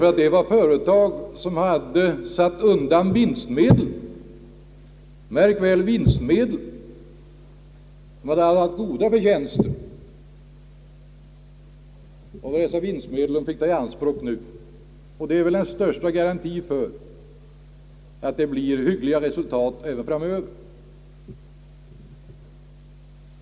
Att företag tar i anspråk vinstmedel som de satt undan när de hade goda förtjänster är väl den bästa garantien för att det blir hyggliga resultat även framöver.